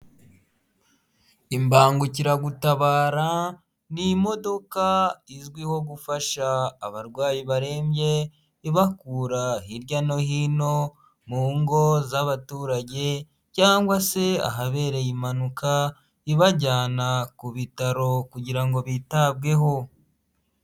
Imbangukiragutabara ni imodoka izwiho gufasha abarwayi barembye, ibakura hirya no hino mu ngo z'abaturage cyangwa se ahabereye impanuka, ibajyana ku bitaro kugira ngo bitabweho.